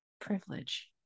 Privilege